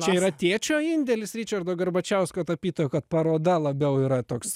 čia yra tėčio indėlis ričardo garbačiausko tapytojo paroda labiau yra toks